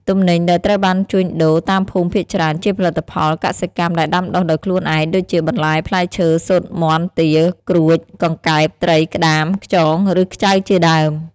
ទំនិញដែលត្រូវបានជួញដូរតាមភូមិភាគច្រើនជាផលិតផលកសិកម្មដែលដាំដុះដោយខ្លួនឯង ដូចជា បន្លែ ផ្លែឈើ ស៊ុត មាន់ ទា ក្រួច កង្កែប ត្រី ក្តាម ខ្យងឬ ខ្ចៅជាដើម។